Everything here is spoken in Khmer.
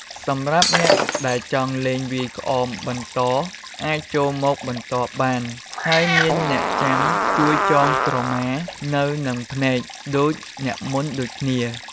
សម្រាប់អ្នកដែលចង់លេងវាយក្អមបន្តអាចចូលមកបន្ទាប់បាន ហើយមានអ្នកចាំជួយចងក្រមានៅនឹងភ្នែកដូចអ្នកមុនដូចគ្នា។